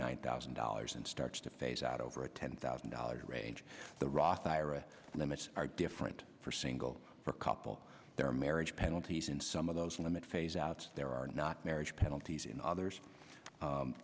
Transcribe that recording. nine thousand dollars and starts to phase out over a ten thousand dollars range the roth ira limits are different for single for a couple their marriage penalty since some of those limits phase out there are not marriage penalties and others